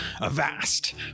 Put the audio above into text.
Avast